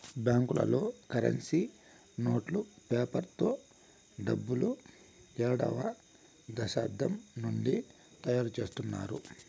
బ్యాంకులలో కరెన్సీ నోట్లు పేపర్ తో డబ్బులు ఏడవ శతాబ్దం నుండి తయారుచేత్తున్నారు